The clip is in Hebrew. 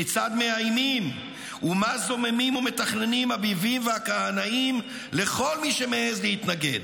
כיצד מאיימים ומה זוממים ומתכננים הביבים והכהנאים לכל מי שמעז להתנגד.